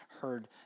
heard